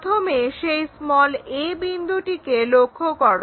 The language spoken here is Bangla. প্রথমে সেই a বিন্দুটিকে লক্ষ্য করো